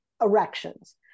erections